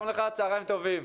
צהריים טובים.